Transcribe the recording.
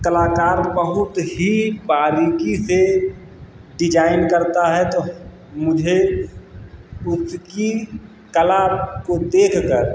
कलाकार बहुत ही बारीकी से डिजाइन करता है तो मुझे उसकी कला को देख कर